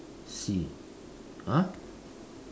C !huh!